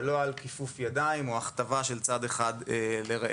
ולא על כיפוף ידיים או הכתבה של צד אחד לרעהו.